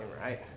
right